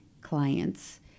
clients